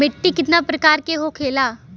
मिट्टी कितना प्रकार के होखेला?